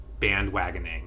bandwagoning